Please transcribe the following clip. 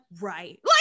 right